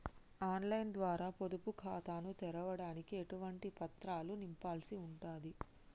On line ద్వారా పొదుపు ఖాతాను తెరవడానికి ఎటువంటి పత్రాలను నింపాల్సి ఉంటది?